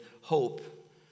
hope